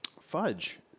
Fudge